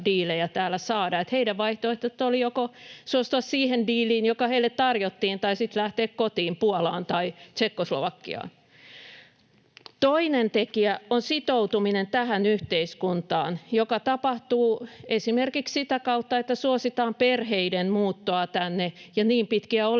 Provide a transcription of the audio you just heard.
Heidän vaihtoehtonsa oli joko suostua siihen diiliin, joka heille tarjottiin, tai sitten lähteä kotiin Puolaan tai Tšekkoslovakiaan. Toinen tekijä on sitoutuminen tähän yhteiskuntaan, joka tapahtuu esimerkiksi sitä kautta, että suositaan perheiden muuttoa tänne ja niin pitkiä oleskelulupia,